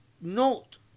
Note